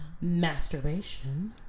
Masturbation